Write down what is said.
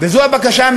זה לא המצב.